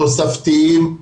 תוספתיים,